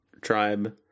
tribe